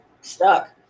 stuck